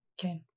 Okay